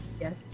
Yes